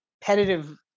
competitive